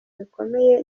bikomeye